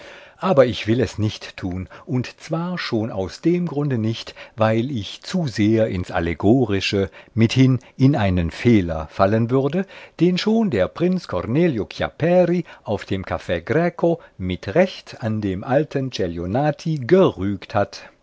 aber ich will es nicht tun und zwar auch schon aus dem grunde nicht weil ich zu sehr ins allegorische mithin in einen fehler fallen würde den schon der prinz cornelio chiapperi auf dem caff greco mit recht an dem alten celionati gerügt hat